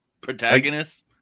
protagonists